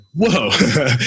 Whoa